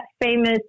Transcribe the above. famous